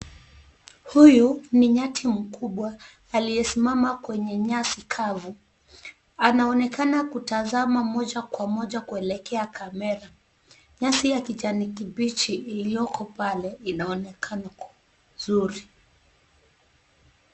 Huyu ni nyati mkubwa aliyesimama kwenye nyasi kavu, anaonekana kutazama moja kwa moja kuelekea kamera. Nyasi ya kijani kibichi ilioko pale inaonekana nzuri.